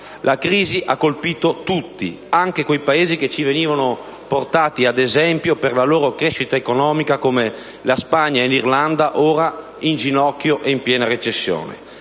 La crisi ha colpito tutti, anche quei Paesi che ci venivano portati ad esempio per la loro crescita economica, come la Spagna e l'Irlanda, ora in ginocchio e in piena recessione.